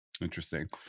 Interesting